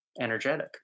energetic